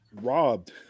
robbed